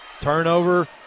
Turnover